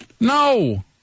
No